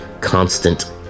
constant